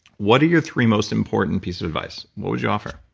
what are your three most important pieces of advice? what would you offer?